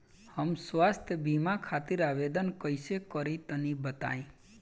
हम स्वास्थ्य बीमा खातिर आवेदन कइसे करि तनि बताई?